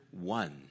one